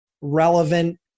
relevant